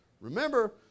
Remember